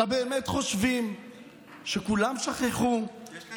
אתם באמת חושבים שכולם שכחו, יש נתונים.